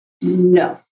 no